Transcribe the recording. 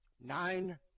Nine